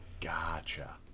Gotcha